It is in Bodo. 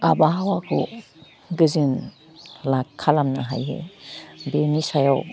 आबहावाखौ गोजों ला खालामनो हायो बेनि सायाव